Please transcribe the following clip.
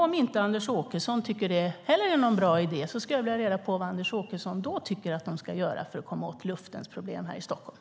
Om inte Anders Åkesson tycker att det heller är någon bra idé skulle jag vilja ha reda på vad Anders Åkesson då tycker att de ska göra för att komma åt luftens problem här i Stockholm.